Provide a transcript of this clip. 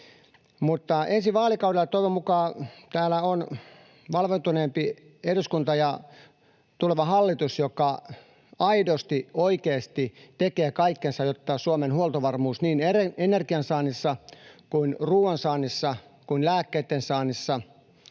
Ensi vaalikaudella toivon mukaan täällä on valveutuneempi eduskunta ja tuleva hallitus aidosti, oikeasti tekee kaikkensa Suomen huoltovarmuuden eteen niin energiansaannissa kuin ruoansaannissa kuin lääkkeitten saannissa